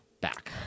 back